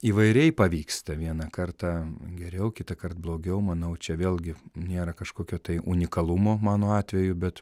įvairiai pavyksta vieną kartą geriau kitąkart blogiau manau čia vėlgi nėra kažkokio tai unikalumo mano atveju bet